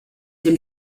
dem